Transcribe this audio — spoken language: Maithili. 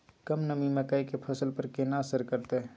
कम नमी मकई के फसल पर केना असर करतय?